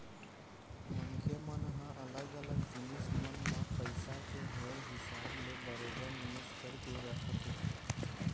मनखे मन ह अलग अलग जिनिस मन म पइसा के होय हिसाब ले बरोबर निवेश करके रखथे